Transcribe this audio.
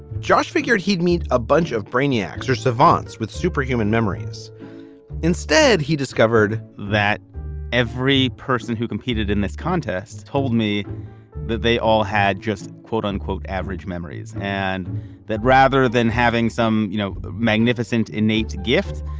josh figured he'd meet a bunch of brainiacs or savants with superhuman memories instead, he discovered that every person who competed in this contest told me that they all had just quote unquote average memories and that rather than having some you know magnificent innate gifts,